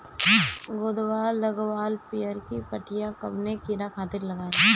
गोदवा लगवाल पियरकि पठिया कवने कीड़ा खातिर लगाई?